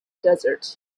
desert